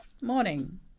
Morning